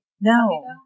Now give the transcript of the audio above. No